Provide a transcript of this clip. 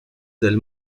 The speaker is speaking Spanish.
del